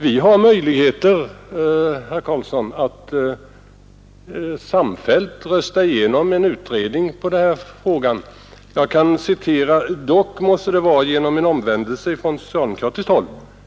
Vi har möjligheter, herr Göran Karlsson, att samfällt rösta igenom en utredning av frågan redan i vår. Jag kan tillägga att det dock förutsätter en omvändelse från socialdemokratiskt håll.